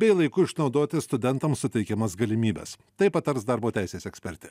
bei laiku išnaudoti studentams suteikiamas galimybes tai patars darbo teisės ekspertė